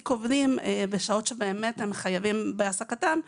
עובדים בשעות שבאמת הם חייבים בהעסקתם.